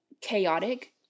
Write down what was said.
chaotic